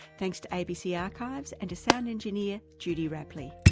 thanks to abc archives, and to sound engineer, judy rapley.